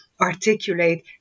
articulate